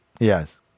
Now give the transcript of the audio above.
Yes